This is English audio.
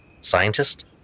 scientist